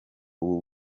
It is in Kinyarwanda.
ubu